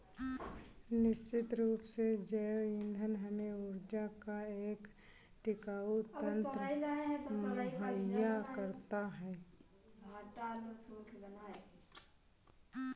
निश्चित रूप से जैव ईंधन हमें ऊर्जा का एक टिकाऊ तंत्र मुहैया कराता है